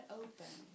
open